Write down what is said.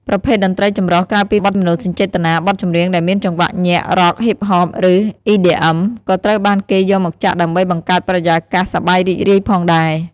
ប្រភេទតន្ត្រីចម្រុះ ក្រៅពីបទមនោសញ្ចេតនា បទចម្រៀងដែលមានចង្វាក់ញាក់ រ៉ក់ ហ៊ីបហប ឬ អ៊ីឌីអឹម ក៏ត្រូវបានគេយកមកចាក់ដើម្បីបង្កើតបរិយាកាសសប្បាយរីករាយផងដែរ។